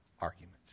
arguments